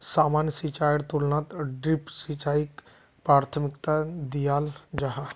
सामान्य सिंचाईर तुलनात ड्रिप सिंचाईक प्राथमिकता दियाल जाहा